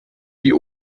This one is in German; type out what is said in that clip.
die